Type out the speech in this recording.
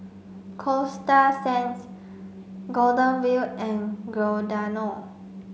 Coasta Sands Golden Wheel and Giordano